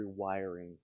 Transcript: rewiring